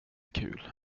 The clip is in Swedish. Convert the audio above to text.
kul